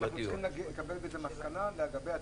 אני חושב שאנחנו צריכים להגיע למסקנה לגבי העתיד,